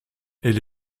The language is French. elle